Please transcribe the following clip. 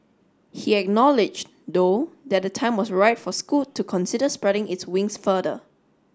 he acknowledged though that the time was right for Scoot to consider spreading its wings further